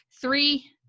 three